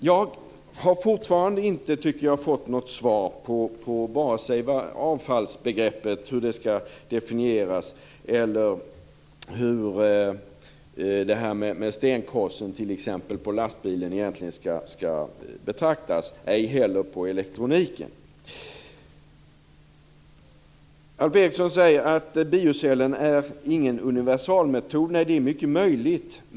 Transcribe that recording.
Jag tycker att jag fortfarande inte har fått något svar på vare sig hur avfallsbegreppet skall definieras eller t.ex. hur detta med stenkrossen på lastbilen egentligen skall betraktas, ej heller på frågan om elektroniken. Alf Eriksson säger att biocellen inte är någon universalmetod. Nej, det är mycket möjligt.